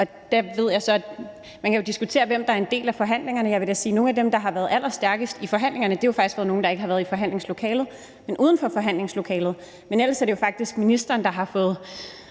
af forhandlingerne. Man kan jo diskutere, hvem der er en del af forhandlingerne; jeg vil da sige, at nogle af dem, der har været allerstærkest i forhandlingerne, jo faktisk har været nogle, der ikke har været i forhandlingslokalet, men uden for forhandlingslokalet. Men ellers er det jo faktisk ministeren, der har fået